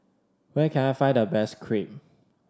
where can I find the best Crepe